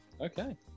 Okay